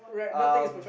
um